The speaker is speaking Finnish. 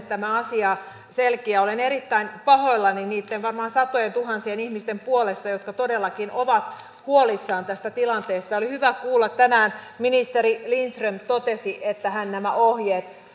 tämä asia selkiää olen erittäin pahoillani niitten varmaan satojentuhansien ihmisten puolesta jotka todellakin ovat huolissaan tästä tilanteesta ja oli hyvä kuulla tänään kun ministeri lindström totesi että hän nämä ohjeet